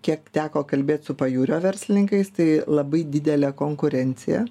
kiek teko kalbėt su pajūrio verslininkais tai labai didelė konkurencija